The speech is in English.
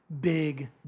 big